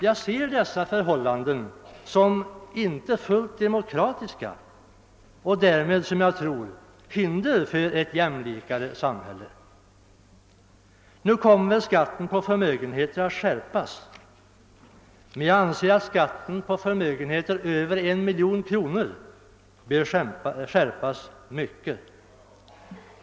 Jag ser dessa förhållanden som inte fullt demokratiska och därmed som hinder för ett jämlikare samhälle. Skatten på förmögenheter kommer väl att skärpas, och när det gäller förmögenheter över 1 miljon kronor bör den enligt min åsikt skärpas kraftigt.